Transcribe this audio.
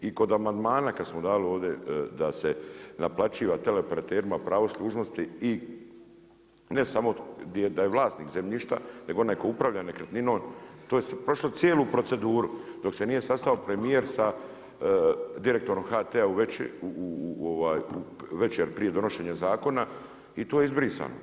I kod amandmana kad smo dali ovdje da se naplaćiva tele operaterima pravo služnosti i ne samo da je vlasnik zemljišta, nego onaj koji upravlja nekretninom, to je prošlo cijelu proceduru dok se nije sastao premijer sa direktom HT-a u večer prije donošenja zakon i to je izbrisano.